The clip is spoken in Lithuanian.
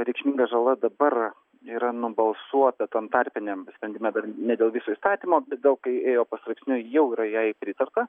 reikšminga žala dabar yra nubalsuota tam tarpiniam sprendime dar ne dėl viso įstatymo bet daug kai ėjo pastraipsniui jau yra jai pritarta